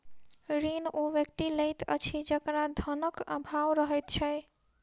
ऋण ओ व्यक्ति लैत अछि जकरा धनक आभाव रहैत छै